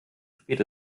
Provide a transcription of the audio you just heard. spät